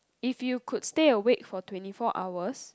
if you could stay awake for twenty four hours